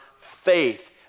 faith